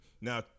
now